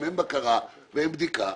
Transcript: אם אין בקרה ואין בדיקה,